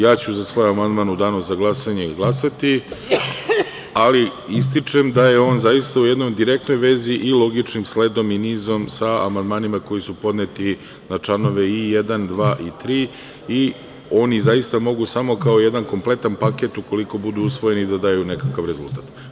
Ja ću za svoj amandman u danu za glasanje i glasati, ali ističem da je on zaista u jednoj direktnoj vezi i logičnim sledom i nizom sa amandmanima koji su podneti na članove i 1, 2. i 3. Oni zaista mogu samo kao jedan kompletan paket, ukoliko budu usvojeni, da daju nekakav rezultat.